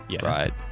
right